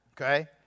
okay